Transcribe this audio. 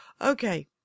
Okay